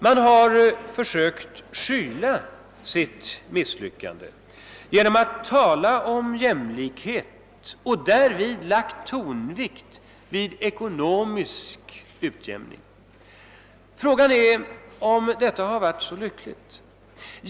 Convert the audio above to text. Man har försökt skyla sitt misslyckande genom att tala om jämlikhet och därvid lagt tonvikten vid ekonomisk utjämning. Frågan är om detta har varit så lyckligt.